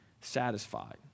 satisfied